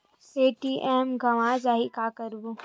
ATM गवां जाहि का करबो?